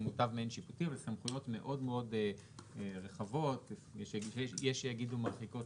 מוטב מעין שיפוטי - מאוד מאוד רחבות ויש שיאמרו מרחיקות